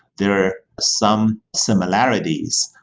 there are some similarities,